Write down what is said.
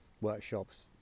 workshops